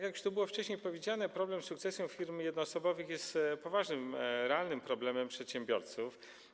Jak już tu wcześniej powiedziano, sprawa sukcesji firm jednoosobowych jest poważnym, realnym problemem przedsiębiorców.